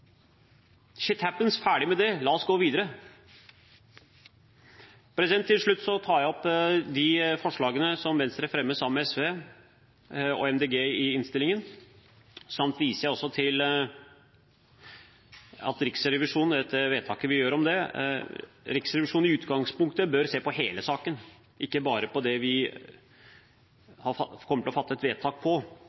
– ferdig med det, la oss gå videre. Til slutt tar jeg opp de forslagene som Venstre fremmer sammen med SV og Miljøpartiet De Grønne i innstillingen, samt at jeg også viser til at Riksrevisjonen, når det gjelder vedtaket vi gjør, i utgangspunktet bør se på hele saken, ikke bare på det vi kommer til å fatte et vedtak